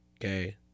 okay